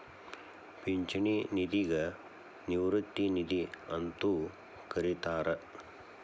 ಪಿಂಚಣಿ ನಿಧಿಗ ನಿವೃತ್ತಿ ನಿಧಿ ಅಂತೂ ಕರಿತಾರ